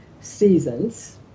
seasons